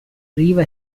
riva